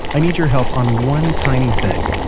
i need your help on one tiny thing,